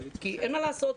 כי אין מה לעשות,